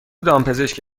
دامپزشک